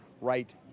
right